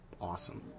awesome